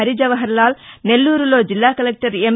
హరిజవహర్లాల్ నెల్లూరులో జిల్లా collector M